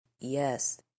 Yes